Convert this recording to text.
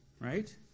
right